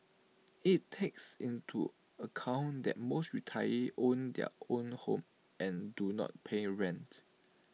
IT takes into account that most retirees own their own homes and do not pay rent